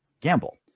gamble